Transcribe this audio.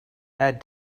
add